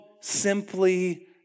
simply